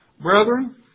Brethren